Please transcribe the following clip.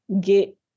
get